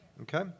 Okay